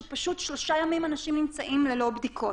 שפשוט שלושה ימים אנשים נמצאים ללא בדיקות.